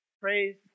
Praise